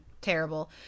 terrible